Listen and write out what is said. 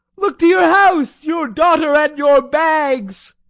look to your house, your daughter, and your bags!